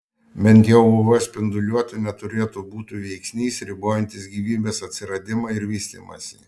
bent jau uv spinduliuotė neturėtų būti veiksnys ribojantis gyvybės atsiradimą ir vystymąsi